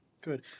Good